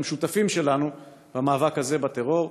שהם שותפים שלנו במאבק הזה בטרור.